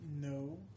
No